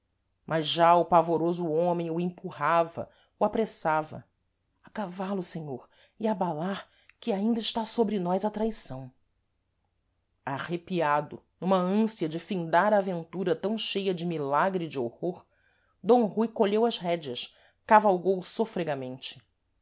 mas já o pavoroso homem o empurrava o apressava a cavalo senhor e abalar que ainda está sôbre nós a traição arrepiado numa ânsia de findar aventura tam cheia de milagre e de horror d rui colheu as rédeas cavalgou sôfregamente